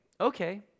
okay